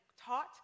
taught